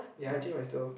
ya I change my stove